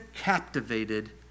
captivated